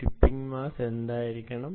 tipping mass എന്തായിരിക്കണം